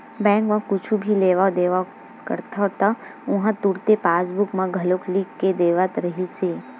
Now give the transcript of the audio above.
bank म कुछु भी लेवइ देवइ करते त उहां तुरते पासबूक म घलो लिख के देवत रिहिस हे